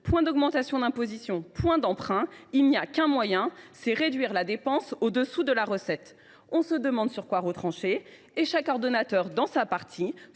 point d’augmentation d’impôts, point d’emprunts »–« il n’y a qu’un moyen. C’est de réduire la dépense au dessous de la recette […]. On demande sur quoi retrancher, et chaque ordonnateur, dans sa partie,